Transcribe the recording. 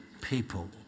people